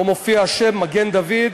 שבו מופיע השם מגן-דוד,